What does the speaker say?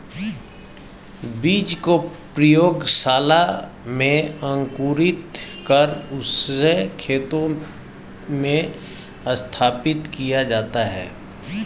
बीज को प्रयोगशाला में अंकुरित कर उससे खेतों में स्थापित किया जाता है